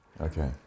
Okay